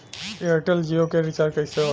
Airtel Jio के recharge कैसे होला?